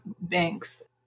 banks